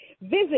visit